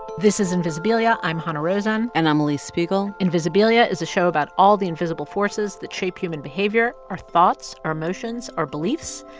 this is invisibilia. i'm hanna rosin and i'm alix spiegel invisibilia is a show about all the invisible forces that shape human behavior our thoughts, our emotions, our beliefs.